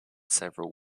several